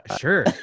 sure